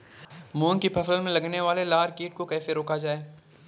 मूंग की फसल में लगने वाले लार कीट को कैसे रोका जाए?